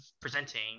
presenting